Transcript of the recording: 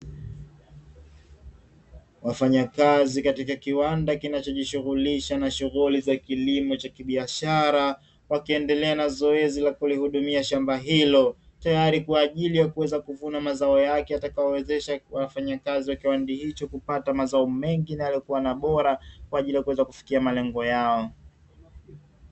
Wafanyakazi katika kiwanda kinachojishughulisha na shughuli za kilimo cha kibiashara, wakiendelea na zoezi la kulihudumia shamba hilo tayari kwa ajili ya kuweza kuvuna mazao yake, yatakayowawezesha wafanyakazi wa kiwanda hicho kupata mazao mengi na yaliyokuwa bora kwa ajili ya kuweza kufikia malengo yao.